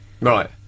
Right